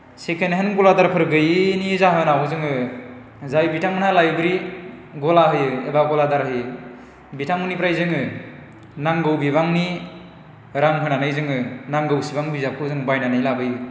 second hand गलादारफोर गैयैनि जाहोनाव जोङो जाय बिथांमोनहा लाइब्रि गला होयो एबा गलादार होयो बिथांमोननिफ्राय जोङो नांगौ बिबांनि रां होनानै जोङो नांगौसेबां बिजाबखौ जों बायनानै लाबोयो